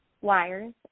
Wires